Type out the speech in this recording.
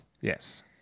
Yes